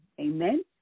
Amen